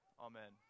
amen